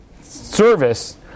service